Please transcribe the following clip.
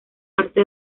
parte